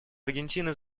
аргентины